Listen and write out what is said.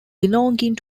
belonging